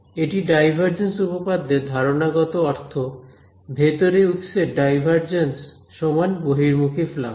এটি ডাইভারজেন্স উপপাদ্যের ধারণাগত অর্থ ভেতরে উৎসের ডাইভারজেন্স সমান বহির্মুখী ফ্লাক্স